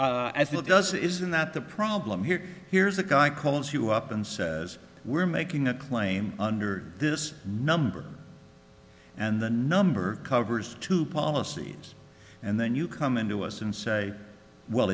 does isn't that the problem here here's a guy calls you up and says we're making a claim under this number and the number covers two policies and then you come in to us and say well